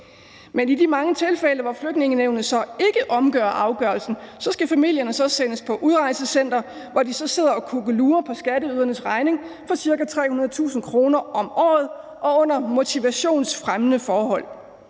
Men i de mange tilfælde, hvor Flygtningenævnet så ikke omgør afgørelsen, skal familierne sendes på udrejsecenter, hvor de så sidder og kukkelurer på skatteydernes regning for ca. 300.000 kr. om året og under motivationsfremmende forhold.